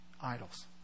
idols